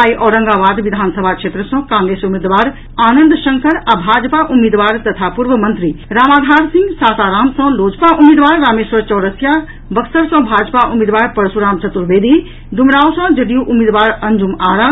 आइ औरंगाबाद विधानसभा क्षेत्र सँ कांग्रेस उम्मीदवार आनंद शंकर आ भाजपा उम्मीदवार तथा पूर्व मंत्री रामाधार सिंह सासाराम सँ लोजपा उम्मीदवार रामेश्वर चौरसिया बक्सर सँ भाजपा उम्मीदवार परशुराम चतुर्वेदी डुमराव सँ जदयू उम्मीदवार अंजुम आरा